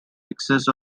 excess